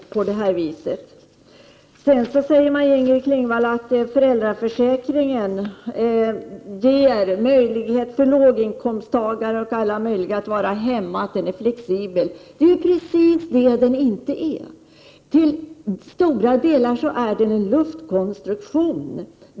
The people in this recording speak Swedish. Maj-Inger Klingvall säger vidare att föräldraförsäkringen ger möjligheter till låginkomsttagare att stanna hemma, den är flexibel. Det är precis vad den inte är. Till stora delar är den en luftkonstruktion.